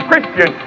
Christian